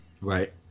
Right